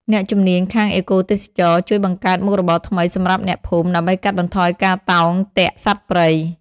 អ្នកជំនាញខាងអេកូទេសចរណ៍ ជួយបង្កើតមុខរបរថ្មីសម្រាប់អ្នកភូមិ ដើម្បីកាត់បន្ថយការតោងទាក់សត្វព្រៃ។